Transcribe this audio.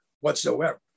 whatsoever